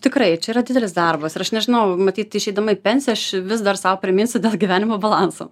tikrai čia yra didelis darbas ir aš nežinau matyt išeidama į pensiją aš vis dar sau priminsiu dėl gyvenimo balanso